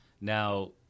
Now